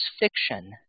fiction